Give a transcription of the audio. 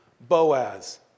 Boaz